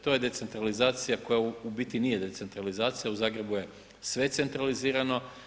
To je decentralizacija koja u biti nije decentralizacija, u Zagrebu je sve centralizirano.